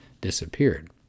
disappeared